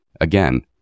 again